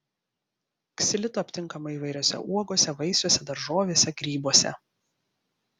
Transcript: ksilito aptinkama įvairiose uogose vaisiuose daržovėse grybuose